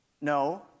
No